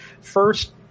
First